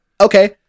okay